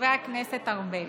חבר הכנסת ארבל.